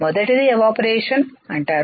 మొదటిది ఎవాపరేషన్ అంటారు